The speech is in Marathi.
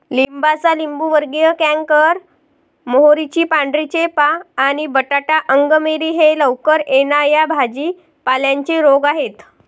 लिंबाचा लिंबूवर्गीय कॅन्कर, मोहरीची पांढरी चेपा आणि बटाटा अंगमेरी हे लवकर येणा या भाजी पाल्यांचे रोग आहेत